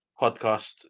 podcast